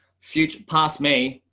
future past me,